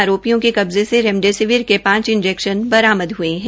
आरोपियों के कब्जे से रेमडेसिविर के पांच इंजैक्शन बरामद हये है